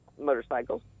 motorcycles